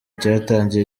cyatangiye